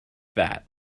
that